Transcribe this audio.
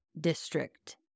District